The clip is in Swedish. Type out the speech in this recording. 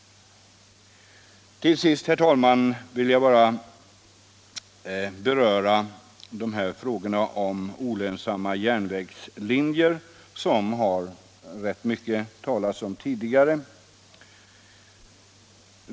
Till sist, herr talman, vill jag bara något beröra frågan om de olönsamma järnvägslinjer som det har talats rätt mycket om tidigare.